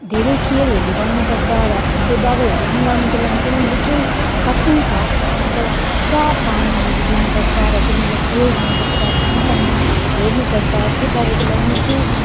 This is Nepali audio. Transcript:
धेरै केयरहरू गर्नुपर्छ र त्यो दबाईहरू उमार्नको लागि पनि निकै कठिन छ मतलब पुरा पानीहरू दिनुपर्छ र तिनीहरूलाई केयर गर्नुपर्छ टाइम टाइममा हेर्नुपर्छ त्यो दबाईको लागि निकै